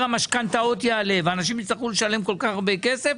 המשכנתאות יעלה ואנשים יצטרכו לשלם כל כך הרבה כסף